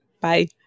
Bye